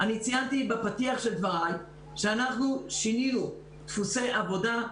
ציינתי בפתיח של דבריי שאנחנו שינינו דפוסי עבודה,